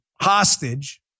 hostage